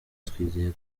twizeye